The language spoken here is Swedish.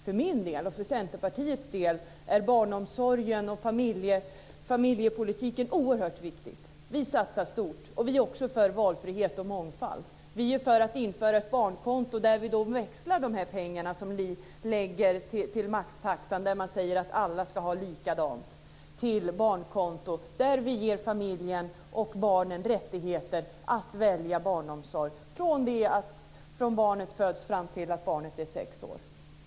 För min och Centerpartiets del är det oerhört viktigt med barnomsorgen och familjepolitiken. Vi satsar stort, och vi är också för valfrihet och mångfald. Vi är för ett införande av ett barnkonto. Förslaget innebär att vi växlar de pengar som ni lägger på maxtaxan, som innebär att alla ska ha likadant, till barnkontot där vi ger föräldrarna rättighet att välja barnomsorg från det att barnet föds fram tills barnet är sex år.